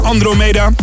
Andromeda